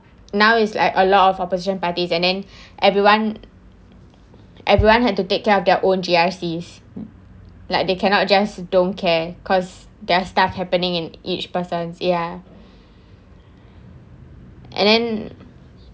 now is like a lot of opposition parties and then everyone everyone had to take care of their own G_R_C like they cannot just don't care because they're stuff happening in each person ya and then